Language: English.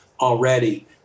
already